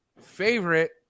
favorite